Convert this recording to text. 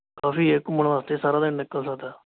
ਕਾਫ਼ੀ ਹੈ ਘੁੰਮਣ ਵਾਸਤੇ ਸਾਰਾ ਦਿਨ ਨਿੱਕਲ ਸਕਦਾ